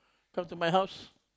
come to my house